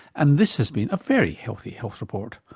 and this has been a very healthy health report.